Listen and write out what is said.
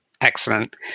excellent